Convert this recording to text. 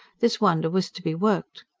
this wonder was to be worked.